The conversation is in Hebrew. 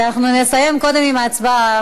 אנחנו נסיים קודם עם ההצבעה.